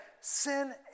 sin